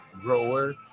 Grower